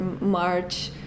march